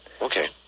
Okay